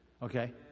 Okay